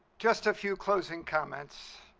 just a few closing comments.